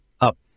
up